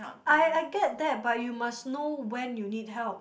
I I get that but you must know when you need help